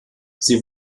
sie